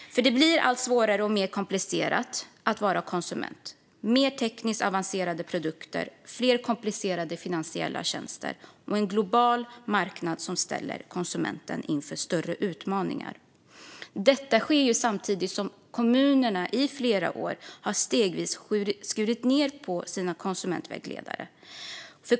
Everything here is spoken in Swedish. Det blir allt svårare och mer komplicerat att vara konsument. Det är mer tekniskt avancerade produkter, fler komplicerade finansiella tjänster och en global marknad som ställer konsumenten inför större utmaningar. Detta sker samtidigt som kommunerna under flera år stegvis har skurit ned på medlen till sina konsumentvägledare.